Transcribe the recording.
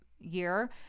year